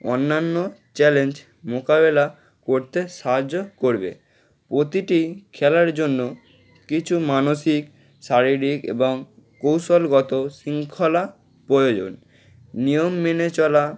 অন্যান্য চ্যালেঞ্জ মোকাবেলা করতে সাহায্য করবে প্রতিটি খেলার জন্য কিছু মানসিক শারীরিক এবং কৌশলগত শৃঙ্খলা প্রয়োজন নিয়ম মেনে চলা